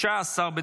20,